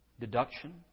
deduction